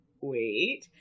wait